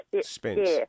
Spence